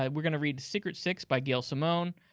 um we're going to read the secret six by gail simone.